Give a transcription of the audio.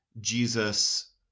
Jesus